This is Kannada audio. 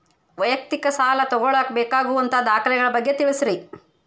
ವೈಯಕ್ತಿಕ ಸಾಲ ತಗೋಳಾಕ ಬೇಕಾಗುವಂಥ ದಾಖಲೆಗಳ ಬಗ್ಗೆ ತಿಳಸ್ರಿ